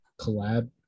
collab